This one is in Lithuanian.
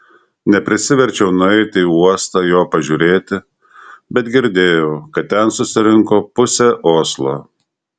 neprisiverčiau nueiti į uostą jo pažiūrėti bet girdėjau kad ten susirinko pusė oslo